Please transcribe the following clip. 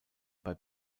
bei